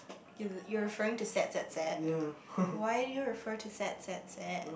you you are referring to sad sad sad why do you refer to sad sad sad